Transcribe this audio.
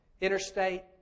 interstate